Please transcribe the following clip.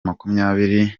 makumyabiri